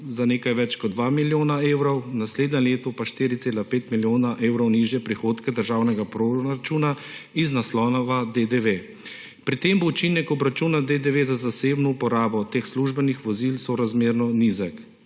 za nekaj več kot 2 milijona evrov, v naslednjem letu pa 4,5 milijona evrov nižje prihodke državnega proračuna iz naslova DDV. Pri tem bo učinek obračuna DDV za zasebno uporabo teh službenih vozil sorazmerno nizek.